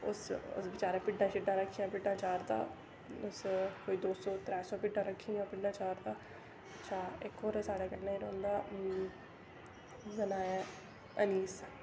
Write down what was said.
उस बचारै भिड्डां शिड्डां रक्खियां भिड्डां चारदा उस कोई दो सौ त्रै सौ भिड्डां रक्खियां भिड्डां चारदा अच्छा इक होर ऐ साढ़े कन्नै गै रौंह्दा उसदा नां ऐ अनीस